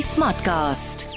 Smartcast